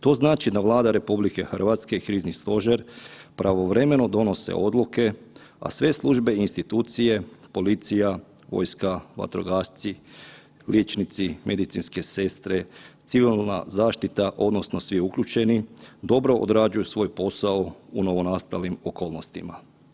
To znači da Vlada RH i krizni stožer pravovremeno donose odluke, a sve službe i institucije policija, vojska, vatrogasci, liječnici, medicinske sestre, civilna zaštita odnosno svi uključeni dobro odrađuju svoj posao u novonastalim okolnostima.